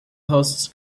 hosts